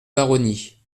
baronnies